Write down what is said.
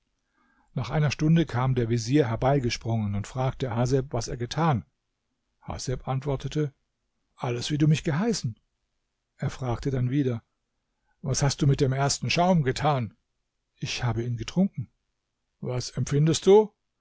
nach einer stunde kam der vezier herbeigesprungen und fragte haseb was er getan haseb antwortete alles wie du mich geheißen er fragte dann wieder was hast du mit dem ersten schaum getan ich habe ihn getrunken was empfindest du